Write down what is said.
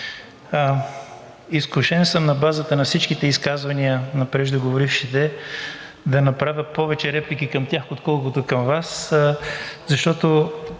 Изкушен съм на базата на всичките изказвания на преждеговорившите да направя повече реплики към тях, отколкото към Вас, защото